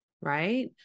right